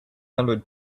hundred